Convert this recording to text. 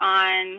on